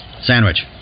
Sandwich